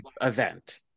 event